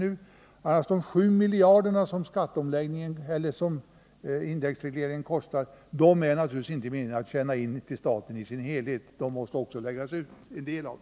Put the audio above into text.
Beträffande de 7 miljarder som indexregleringen kostar vill jag bara säga att det naturligtvis inte är meningen att dessa skall tjänas in till staten i sin helhet. En del av dem måste tas ut i någon form.